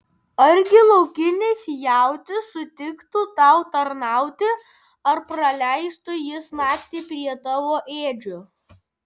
argi laukinis jautis sutiktų tau tarnauti ar praleistų jis naktį prie tavo ėdžių